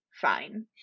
fine